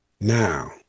Now